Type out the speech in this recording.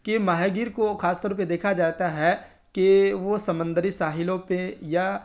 کہ ماہی گیر کو خاص طور پہ دیکھا جاتا ہے کہ وہ سمندری ساحلوں پہ یا